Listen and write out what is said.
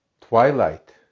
twilight